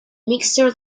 mixture